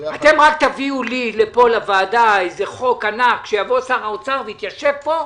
אתם אל תביאו לי לוועדה חוק ענק ששר האוצר יתיישב פה,